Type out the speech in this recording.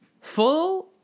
full